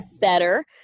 better